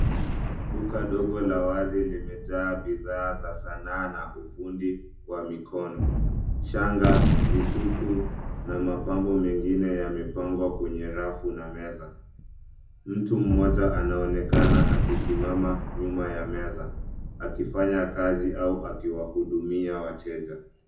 Duka dogo la wazi limejaa bidhaa za sanaa na ufundi wa mikono. Shanga, vikuku na mapambo mengine yamepangwa kwenye rafu na meza. Mtu mmoja anaonekana akisimama nyuma ya meza akifanya kazi au akiwahudumia wateja.